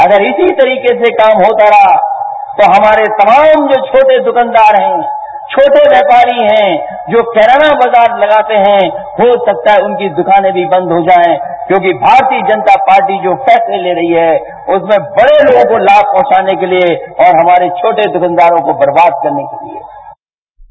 अगर इसी तरीके से काम होता रहा तो हमारे तमाम छोटे द्वकानदार है छोटे व्यापारी है जो किराना बाजार लगाते है हो सकता है उनकी द्वकाने भी बंद हो जाये क्योंकि भारतीय जनता पार्टी जो फैसले ले रही है उसमें बड़े लोगों को लाम पहचाने के लिये और हमारे छोटे द्वानदारों को बर्बाद करने क लिये हैं